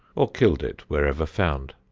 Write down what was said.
or killed it wherever found,